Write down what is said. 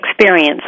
experience